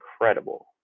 incredible